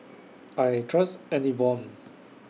I Trust Enervon